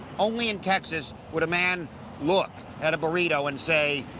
only in texas would a man look at a burrito and say,